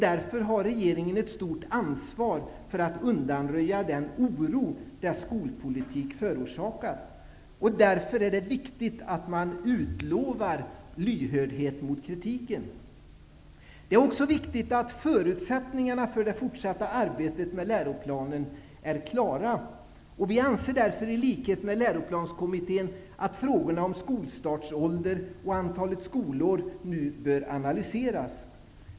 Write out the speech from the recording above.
Därför har regeringen ett stort ansvar för att undanröja den oro dess skolpiltik förorsakat. Därför är det viktigt att man utlovar lyhördhet mot kritiken. Det är också viktigt att förutsättningarna för det fortsatta arbetet med läroplanen är klara. Vi anser därför i likhet med läroplanskommittén att frågorna om skolstartsålder och antalet skolår bör analyseras.